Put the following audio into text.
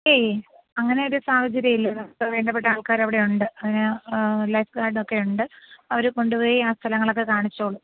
ഏയ് അങ്ങനെ ഒരു സാഹചര്യം ഇല്ല നമുക്ക് വേണ്ടപ്പെട്ട ആൾക്കാരവിടെ ഉണ്ട് അതിന് ലൈഫ് ഗാഡൊക്കെ ഉണ്ട് അവർ കൊണ്ടുപോയി ആ സ്ഥലങ്ങളൊക്കെ കാണിച്ചോളും